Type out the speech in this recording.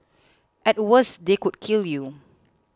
at worst they could kill you